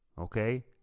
Okay